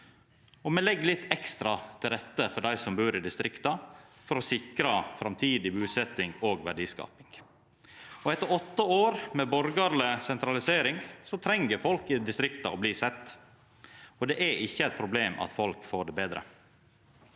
me legg litt ekstra til rette for dei som bur i distrikta, for å sikra framtidig busetjing og verdiskaping. Etter åtte år med borgarleg sentralisering treng folk i distrikta å bli sett. Og det er ikkje eit problem at folk får det betre.